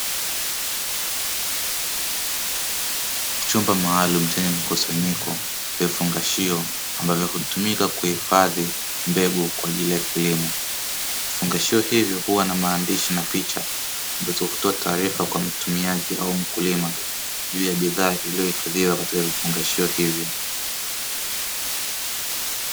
Chumba maalumu chenye mkusanyiko, vifungashio ambavyo hutumika kuhifadhia mbegu kwa ajili ya kilimo. Vifungashio hivyo huwa na maandishi na picha ambazo hutoa taarifa kwa mtumiaji au mkulima juu ya bidhaa iliyohifadhiwa katika vifungashio hivyo.